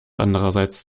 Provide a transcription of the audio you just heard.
andererseits